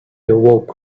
awoke